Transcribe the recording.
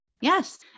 Yes